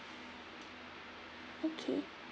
okay